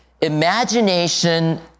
Imagination